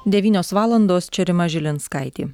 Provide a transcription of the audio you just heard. devynios valandos čia rima žilinskaitė